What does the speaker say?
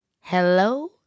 Hello